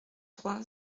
trois